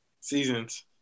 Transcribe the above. Seasons